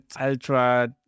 ultra